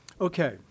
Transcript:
Okay